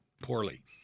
poorly